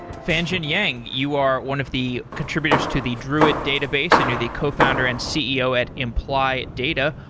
fangjin yang, you are one of the contributors to the druid database and you're the co-founder and ceo at imply data,